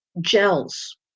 gels